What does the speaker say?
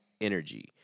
energy